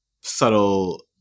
subtle